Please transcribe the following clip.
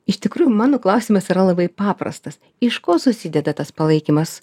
iš tikrųjų mano klausimas yra labai paprastas iš ko susideda tas palaikymas